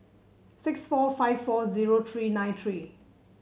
six four five four zero three nine three